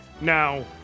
Now